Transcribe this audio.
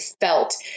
felt